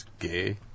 gay